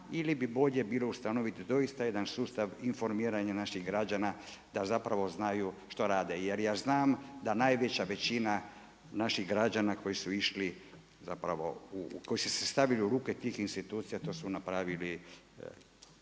ili bi bolje bilo ustanoviti doista jedan sustav informiranja naših građana da zapravo znaju što rade. Jer ja znam da najveća većina naš8ih građana koji su išli zapravo u, koji su se stavili u ruke tih institucija to su napravili